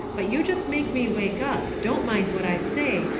but you just make me wake up, don't mind what i say,